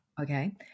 okay